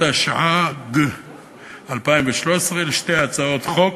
התשע"ג 2013, לשתי הצעות חוק,